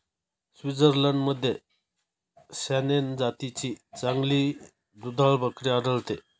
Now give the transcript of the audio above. स्वित्झर्लंडमध्ये सॅनेन जातीची चांगली दुधाळ बकरी आढळते